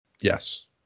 Yes